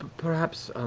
perhaps